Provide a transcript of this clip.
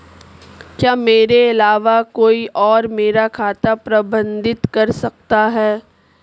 क्या मेरे अलावा कोई और मेरा खाता प्रबंधित कर सकता है?